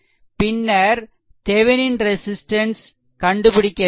பின்னர் Thevenin resistance RThevenin கண்டுபிடிக்க வேண்டும்